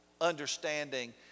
understanding